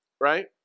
Right